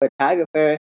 photographer